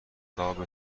تاپ